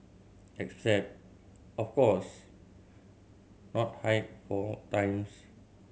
except of course not hike four times